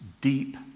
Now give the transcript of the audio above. deep